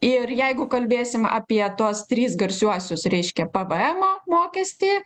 ir jeigu kalbėsim apie tuos tris garsiuosius reiškia pvemo mokestį